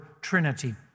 Trinity